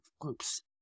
groups